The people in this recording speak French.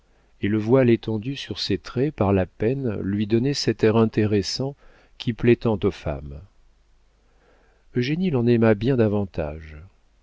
et le voile étendu sur ses traits par la peine lui donnait cet air intéressant qui plaît tant aux femmes eugénie l'en aima bien davantage